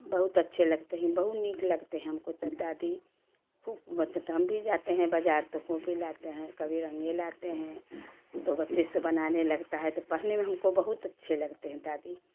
बहुत अच्छे लगते हैं बहुत नीक लगते हैं हमको तो दादी वह बच तो हम भी जाते हैं बाज़ार तो कोपी लाते हैं कभी रंग लाते हैं तो बच्चे से बनाने लगता है तो पढ़ने में हमको बहुत अच्छे लगते हैं दादी